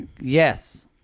yes